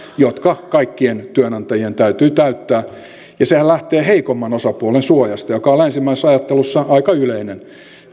jotka kaikkien työnantajien täytyy täyttää sehän lähtee heikomman osapuolen suojasta joka on länsimaisessa ajattelussa aika yleinen